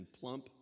plump